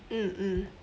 mm mm